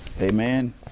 amen